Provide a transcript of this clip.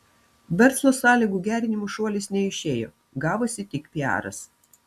verslo sąlygų gerinimo šuolis neišėjo gavosi tik piaras